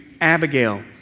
Abigail